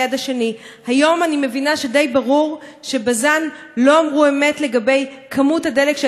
היום אני מבינה שדי ברור שבז"ן לא אמרו אמת לגבי כמות הדלק שהייתה במכל,